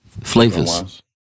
Flavors